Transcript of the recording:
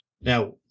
Now